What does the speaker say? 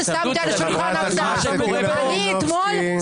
את יכולה